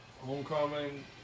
Homecoming